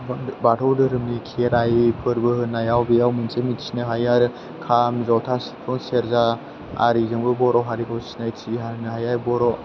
बाथौ दोरोमनि खेराय फोरबो होनायाव बेयाव मोनसे मिथिनो हायो आरो खाम ज'था सिफुं सेरजा आरिजोंबो बर' हारिखौ सिनायथि होनो हायो बर'